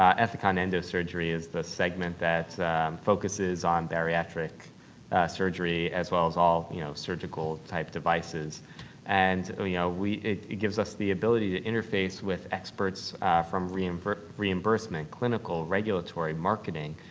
ah ethicon endo surgery is the segment that focuses on bariatric surgery as well as all you know surgical type devices and ah yeah it gives us the ability to interface with experts from reimbursement reimbursement clinical, regulatory, marketing.